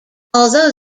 although